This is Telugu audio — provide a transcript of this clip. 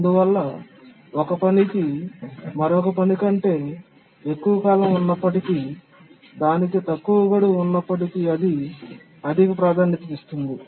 అందువల్ల ఒక పనికి మరొక పని కంటే ఎక్కువ కాలం ఉన్నప్పటికీ దానికి తక్కువ గడువు ఉన్నప్పటికీ అది అధిక ప్రాధాన్యతనిస్తుంది